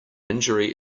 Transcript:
injury